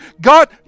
God